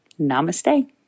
Namaste